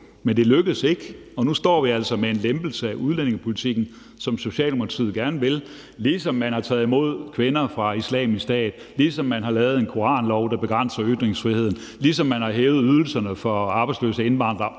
Men det lykkedes ikke, og nu står vi altså med en lempelse af udlændingepolitikken, som Socialdemokratiet gerne vil – ligesom man har taget imod kvinder fra Islamisk Stat; ligesom man har lavet en koranlov, der begrænser ytringsfriheden; ligesom man har hævet ydelserne for arbejdsløse indvandrere